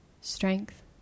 strength